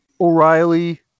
O'Reilly